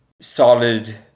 solid